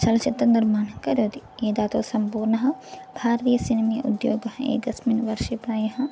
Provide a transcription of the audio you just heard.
चलच्चित्रनिर्माणं करोति यतोहि सम्पूर्णः भारतीयसिनिमे उद्योगः एकस्मिन् वर्षे प्रायः